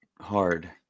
hard